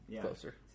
closer